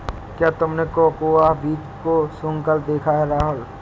क्या तुमने कोकोआ बीज को सुंघकर देखा है राहुल?